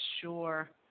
sure